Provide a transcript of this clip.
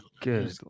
good